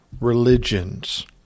religions